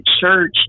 church